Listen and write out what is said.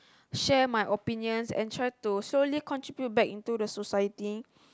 share my opinions and try to slowly contribute back into the society